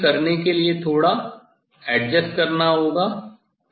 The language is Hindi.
अब मुझे इसे करने के लिए थोड़ा एडजस्ट करना होगा